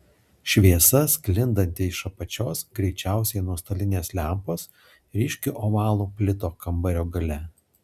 šviesa sklindanti iš apačios greičiausiai nuo stalinės lempos ryškiu ovalu plito kambario gale